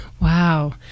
Wow